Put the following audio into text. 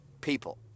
people